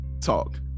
talk